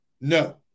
No